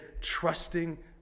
trusting